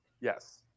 yes